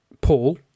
Paul